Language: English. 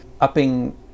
Upping